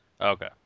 Okay